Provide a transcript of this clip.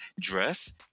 dress